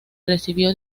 recibió